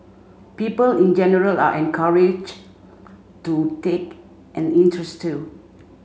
people in general are encouraged to take an interest too